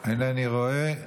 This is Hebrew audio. אינני רואה.